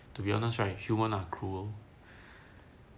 to be honest right human are cruel